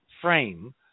frame